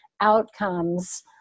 outcomes